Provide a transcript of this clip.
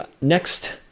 next